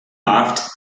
laughed